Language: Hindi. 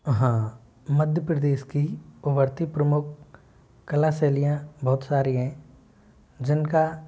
हाँ मध्य प्रदेश की प्रवृत्ति प्रमुख कला शैलियों बहुत सारी हैं जिनका